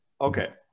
okay